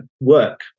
work